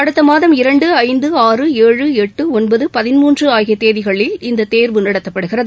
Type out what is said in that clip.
அடுத்தமாதம் இரண்டு ஐந்து ஆறு இஏழு எட்டு ஒன்பது பதின்மூன்றுஆகியதேதிகளில் இந்ததேர்வு நடத்தப்படுகிறது